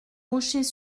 rochers